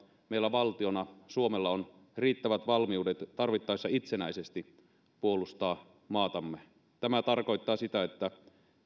meillä suomella valtiona on riittävät valmiudet tarvittaessa itsenäisesti puolustaa maatamme tämä tarkoittaa sitä että